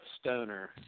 stoner